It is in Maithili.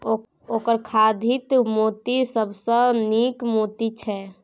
ओकर खाधिक मोती सबसँ नीक मोती छै